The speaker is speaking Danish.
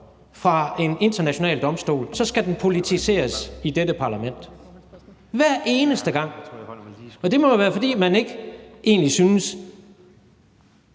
fra en international domstol, at den så skal politiseres i dette parlament – hver eneste gang. Det må jo være, fordi man egentlig ikke